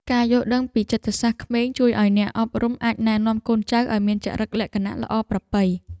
ការយល់ដឹងពីចិត្តសាស្ត្រក្មេង ជួយឱ្យអ្នកអប់រំអាចណែនាំកូនចៅឱ្យមានចរិតលក្ខណៈល្អប្រពៃ។